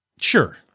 Sure